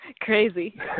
Crazy